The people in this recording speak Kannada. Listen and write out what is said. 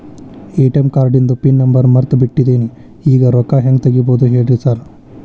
ಎ.ಟಿ.ಎಂ ಕಾರ್ಡಿಂದು ಪಿನ್ ನಂಬರ್ ಮರ್ತ್ ಬಿಟ್ಟಿದೇನಿ ಈಗ ರೊಕ್ಕಾ ಹೆಂಗ್ ತೆಗೆಬೇಕು ಹೇಳ್ರಿ ಸಾರ್